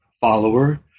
follower